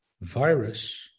virus